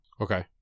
Okay